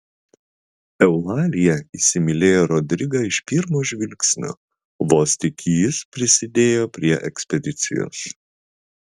eulalija įsimylėjo rodrigą iš pirmo žvilgsnio vos tik jis prisidėjo prie ekspedicijos